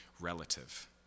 relative